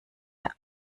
der